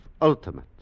ultimate